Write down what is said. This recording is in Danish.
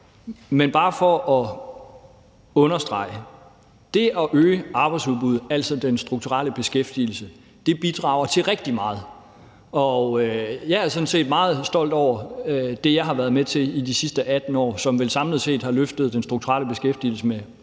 Men jeg vil bare understrege, at det at øge arbejdsudbuddet, altså den strukturelle beskæftigelse, bidrager til rigtig meget, og jeg er sådan set meget stolt over det, jeg har været med til i de sidste 18 år, som vel samlet set har løftet den strukturelle beskæftigelse med 250.000. For det